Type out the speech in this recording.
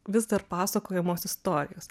vis dar pasakojamos istorijos